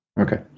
okay